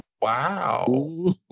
wow